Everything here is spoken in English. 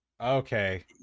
Okay